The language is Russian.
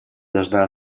должна